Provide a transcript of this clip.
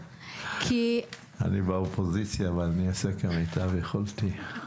כי --- אני באופוזיציה ואני אעשה כמיטב יכולתי,